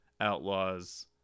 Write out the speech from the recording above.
outlaws